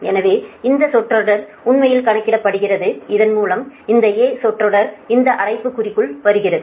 எனவே இந்த சொற்றொடர் உண்மையில் கணக்கிடப்படுகிறது இதன் மூலம் இந்த A சொற்றொடர் இந்த அடைப்பு குறிக்குள் வருகிறது